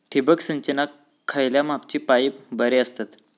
ठिबक सिंचनाक खयल्या मापाचे पाईप बरे असतत?